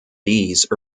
these